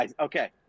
Okay